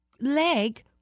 leg